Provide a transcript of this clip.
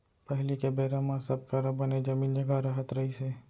पहिली के बेरा म सब करा बने जमीन जघा रहत रहिस हे